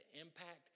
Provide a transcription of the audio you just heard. impact